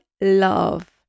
love